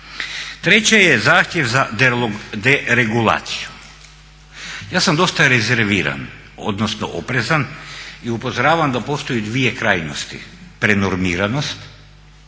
3. je zahtjev za deregulaciju. Ja sam dosta rezerviran odnosno oprezan i upozoravam da postoje dvije krajnosti, prenormiranost